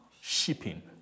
shipping